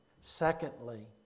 Secondly